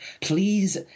please